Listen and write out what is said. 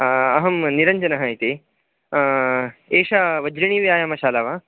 अहं निरञ्जनः इति एषा वज्रिणीव्यायामशाला वा